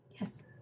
Yes